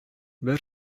бер